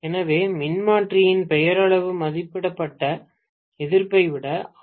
எனவே மின்மாற்றியின் பெயரளவு மதிப்பிடப்பட்ட எதிர்ப்பை விட ஆர்